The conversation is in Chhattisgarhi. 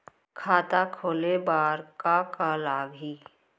खाता खोले बार का का लागही?